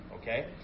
okay